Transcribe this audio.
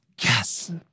yes